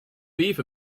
beef